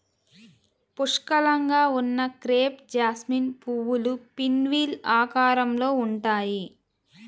పుష్కలంగా ఉన్న crepe jasmine పువ్వులు పిన్వీల్ ఆకారంలో ఉంటాయి